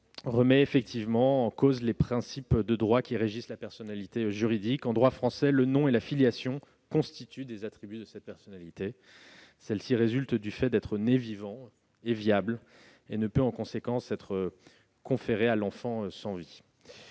remettre en cause les principes de droit qui régissent la personnalité juridique. En droit français, le nom et la filiation constituent des attributs de cette personnalité. Celle-ci résulte du fait d'être né vivant et viable et ne peut en conséquence être conférée à l'enfant sans vie.